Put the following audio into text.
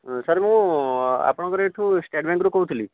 sir ମୁଁ ଆପଣଙ୍କର ଏଇଠୁ ଷ୍ଟେଟ୍ ବ୍ୟାଙ୍କରୁ କହୁଥିଲି